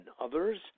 others